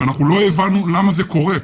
לא הבנו למה זה קורה.